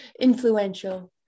influential